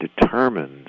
determined